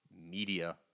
Media